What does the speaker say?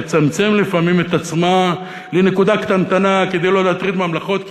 לצמצם לפעמים את עצמה לנקודה קטנטנה כדי לא להטריד ממלכות,